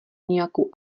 nějakou